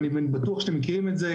ואני בטוח שאתם מכירים את זה,